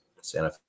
santa